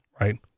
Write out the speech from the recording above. right